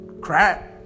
crap